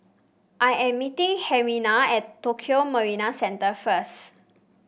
I am meeting Herminia at Tokio Marine Centre first